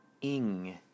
ing